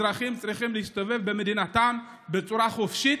אזרחים צריכים להסתובב במדינתם בצורה חופשית,